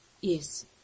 Yes